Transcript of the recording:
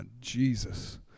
Jesus